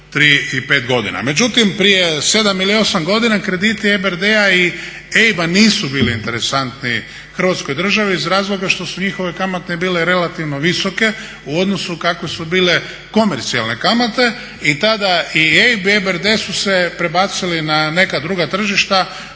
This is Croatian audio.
Međutim, prije 7 ili 8 god88na krediti EBRD-a i EIB-a nisu bili interesantni Hrvatskoj državi iz razloga što su njihove kamate bilo relativno visoke u odnosu kako su bile komercijalne kamate i tada i EIB i EBRD su se prebacili na neka druga tržišta,